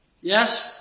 Yes